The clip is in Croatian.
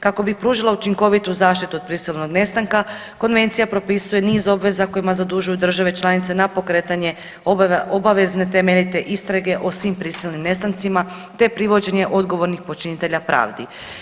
Kako bi pružila učinkovitu zaštitu od prisilnog nestanka konvencija propisuje niz obveza kojima zadužuje države članice na pokretanje obavezne temeljite istrage o svim prisilnim nestancima, te privođenje odgovornih počinitelja pravdi.